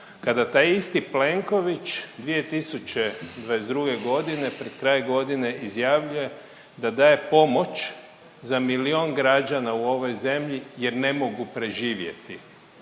kada taj isti Plenković 2022. godine pred kraj godine izjavljuje da daje pomoć za milijon građana u ovoj zemlji jer ne mogu preživjeti